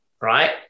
right